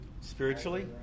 Spiritually